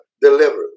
delivered